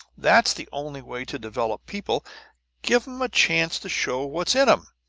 that's the only way to develop people give em a chance to show what's in em!